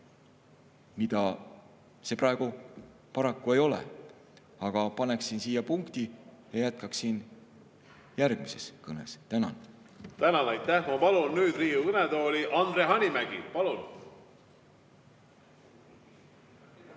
mida see praegu paraku ei ole. Aga paneksin siia punkti ja jätkaksin järgmises kõnes. Tänan!